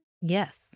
yes